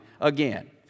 again